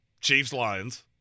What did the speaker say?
Chiefs-Lions